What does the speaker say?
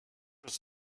was